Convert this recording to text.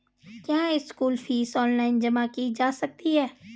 क्या school fees online जमा की जा सकती है?